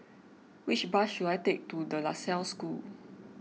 which bus should I take to De La Salle School